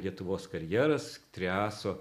lietuvos karjeras triaso